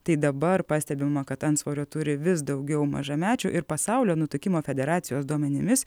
tai dabar pastebima kad antsvorio turi vis daugiau mažamečių ir pasaulio nutukimo federacijos duomenimis